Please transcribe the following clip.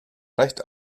reicht